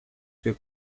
suoi